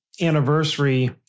anniversary